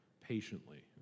patiently